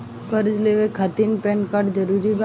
कर्जा लेवे खातिर पैन कार्ड जरूरी बा?